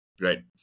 Right